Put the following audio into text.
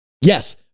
Yes